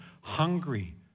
hungry